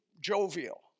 jovial